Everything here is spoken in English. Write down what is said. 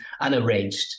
unarranged